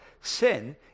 sin